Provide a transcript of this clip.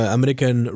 American